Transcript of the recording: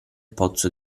pozzo